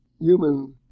human